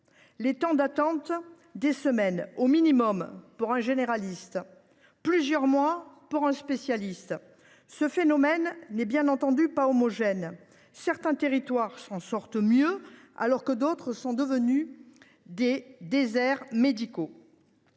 Les temps d’attente atteignent plusieurs semaines, au minimum, pour un généraliste, et plusieurs mois pour un spécialiste. Ce phénomène n’est, bien entendu, pas homogène : certains territoires s’en sortent mieux, alors que d’autres sont devenus de véritables déserts médicaux.